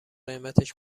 قیمتش